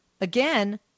again